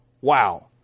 Wow